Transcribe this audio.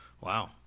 Wow